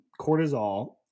cortisol